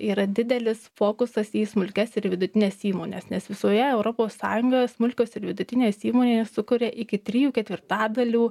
yra didelis fokusas į smulkias ir vidutines įmones nes visoje europos sąjungoje smulkios ir vidutinės įmonės sukuria iki trijų ketvirtadalių